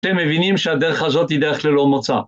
‫אתם מבינים שהדרך הזאת ‫היא דרך ללא מוצא.